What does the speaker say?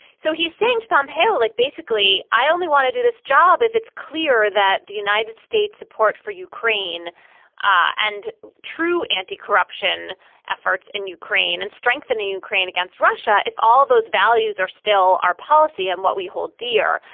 so he's saying to pompeii like basically i only want to do this job if it's clear that the united states support for ukraine ah and true anti-corruption efforts in and ukraine and strengthening ukraine against russia if all those values are still our policy and what we hold dear.